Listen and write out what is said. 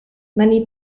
many